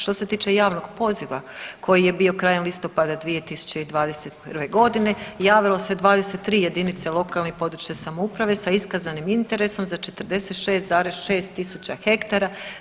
Što se tiče javnog poziva koji je bio krajem listopada 2021. godine javilo se 23 jedinice lokalne i područne samouprave sa iskazanim interesom za 46,6 tisuća hektara.